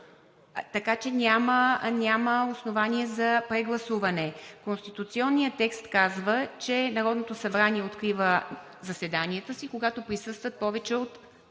така че няма основание за прегласуване. Конституционният текст казва, че Народното събрание открива заседанията си, когато присъстват повече от